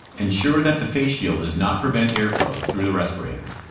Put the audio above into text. ensure that the face shield does not prevent airflow through the respirator.